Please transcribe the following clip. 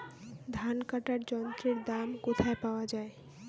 ধান কাটার যন্ত্রের দাম কোথায় পাওয়া যায়?